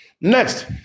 Next